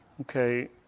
Okay